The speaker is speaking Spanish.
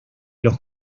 los